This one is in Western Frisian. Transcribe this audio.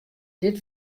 dit